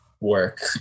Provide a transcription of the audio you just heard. work